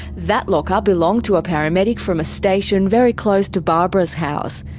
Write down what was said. that locker belonged to a paramedic from a station very close to barbara's house.